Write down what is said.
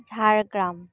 Jhargram